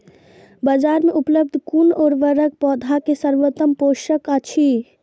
बाजार में उपलब्ध कुन उर्वरक पौधा के सर्वोत्तम पोषक अछि?